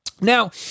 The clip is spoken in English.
Now